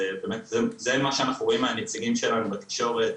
ובאמת זה מה שאנחנו רואים מהנציגים שלנו בתקשורת,